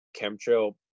chemtrail